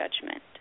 judgment